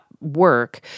work